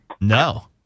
No